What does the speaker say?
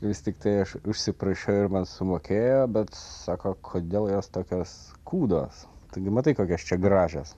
vis tiktai aš užsiprašiau ir man sumokėjo bet sako kodėl jos tokios kūdos taigi matai kokios čia gražios